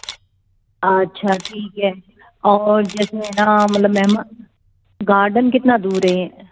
अच्छा ठीक है और जैसे न मतलब महमान गार्डन कितना दूर है